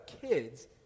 kids